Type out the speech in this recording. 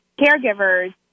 caregivers